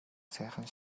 сайхан